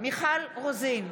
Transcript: מיכל רוזין,